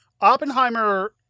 Oppenheimer